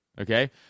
Okay